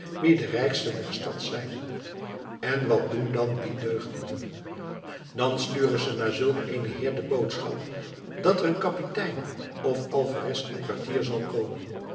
wie de rijksten der stad zijn en wat doen dan die deugnieten dan sturen ze naar zulk eenen heer de boodschap dat er een kapitein of alferes in kwartier zal komen